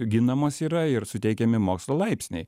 ginamos yra ir suteikiami mokslo laipsniai